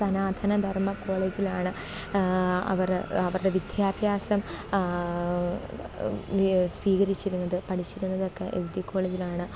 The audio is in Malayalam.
സനാദന ധർമ്മ കോളേജിലാണ് അവർ അവരുടെ വിദ്യാഭ്യാസം സ്വീകരിച്ചിരുന്നത് പഠിച്ചിരുന്നതൊക്കെ എസ് ഡി കോളേജിലാണ്